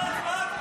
שלחתי.